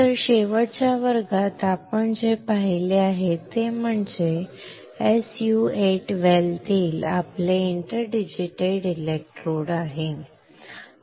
तर शेवटच्या वर्गात आपण हे पाहिले आहे जे SU 8 वेल तील आपले इंटरडिजिटेटेड इलेक्ट्रोड आहे